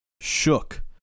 shook